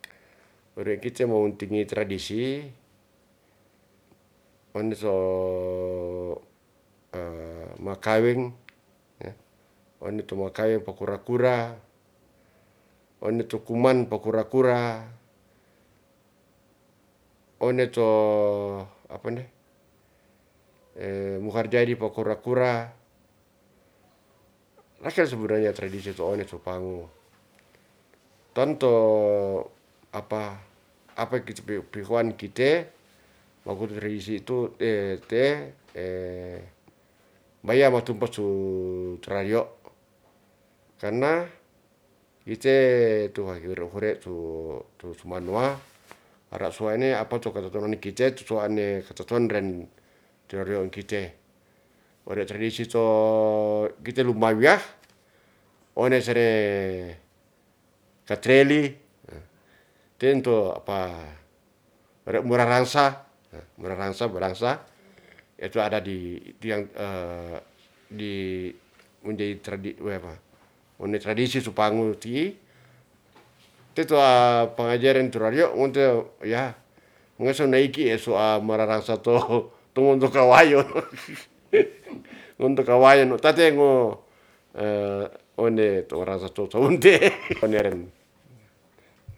Ore kite mawuntingi tradisi onde so makawaeng one to makaweng po kura kuraone tu kuman po kura kura one to apa ne muhar jadi po kura kura rakel sebenarnya tradisi to one to pangu. Ton to apa pihoan kite te' mayama tumpa su trayo'. Karna kite tuhahe hure tu suwanua ra suwa'ne apa to katatonan kite cocoane katotoan ren kite ore tradisi to kite lu mawiya one sere katreli ten to apa re murarangsa, murarangsa eto ada di tiang one tradisi su pangu ti. Teto pangajaren tu rario, ngesondaiki mararangsa to wonto kawayo wonto kawayo tatengo one to ora so tuotounte